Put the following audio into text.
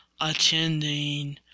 attending